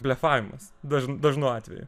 blefavimas daž dažnu atveju